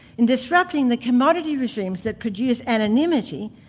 in disrupting the commodity regimes that produce anonymity,